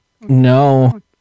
No